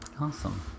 Awesome